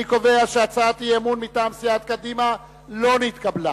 אני קובע שהצעת האי-אמון מטעם סיעת קדימה לא נתקבלה.